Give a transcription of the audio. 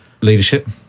leadership